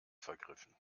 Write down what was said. vergriffen